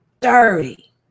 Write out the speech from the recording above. dirty